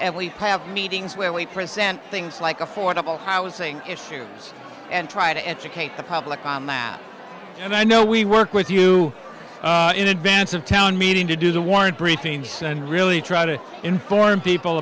s have meetings where we present things like affordable housing issues and try to educate the public on matter and i know we work with you in advance of town meeting to do the one briefings and really try to inform people